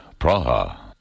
Praha